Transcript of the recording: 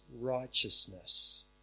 righteousness